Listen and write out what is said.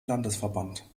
landesverband